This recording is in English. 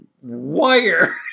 wire